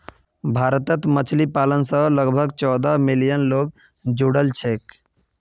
भारतत मछली पालन स लगभग चौदह मिलियन लोग जुड़ाल छेक